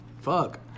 Fuck